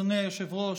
אדוני היושב-ראש,